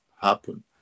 happen